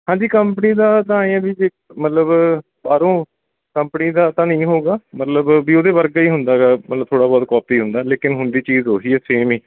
ਹਾਂਜੀ ਕੰਪਨੀ ਦਾ ਤਾਂ ਐਂ ਆ ਵੀ ਜੇ ਮਤਲਬ ਬਾਹਰੋਂ ਕੰਪਨੀ ਦਾ ਤਾਂ ਨਹੀਂ ਹੋਊਗਾ ਮਤਲਬ ਵੀ ਉਹਦੇ ਵਰਗਾ ਹੀ ਹੁੰਦਾ ਹੈਗਾ ਮਤਲਬ ਥੋੜ੍ਹਾ ਬਹੁਤ ਕੋਪੀ ਹੁੰਦਾ ਲੇਕਿਨ ਹੁੰਦੀ ਚੀਜ਼ ਉਹ ਹੀ ਹੈ ਸੇਮ ਹੀ